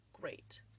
great